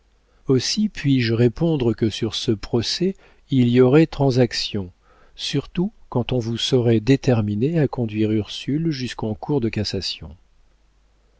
aussi puis-je répondre que sur ce procès il y aurait transaction surtout quand on vous saurait déterminés à conduire ursule jusqu'en cour de cassation